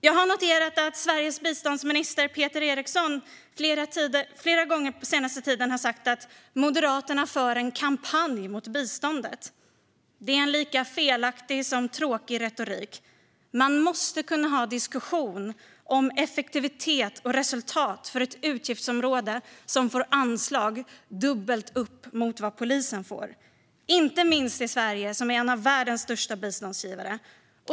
Jag har noterat att Sveriges biståndsminister Peter Eriksson flera gånger på den senaste tiden har sagt att Moderaterna för en kampanj mot biståndet. Det är en lika felaktig som tråkig retorik. Man måste kunna ha en diskussion om effektivitet och resultat för ett utgiftsområde som får dubbelt upp i anslag mot vad polisen får - inte minst i Sverige, som är en av världens största biståndsgivare.